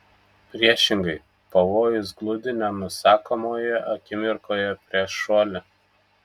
priešingai pavojus gludi nenusakomoje akimirkoje prieš šuoli